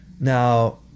Now